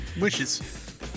wishes